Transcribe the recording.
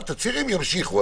אבל תצהירים ימשיכו.